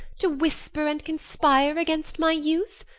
to whisper and conspire against my youth?